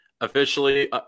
officially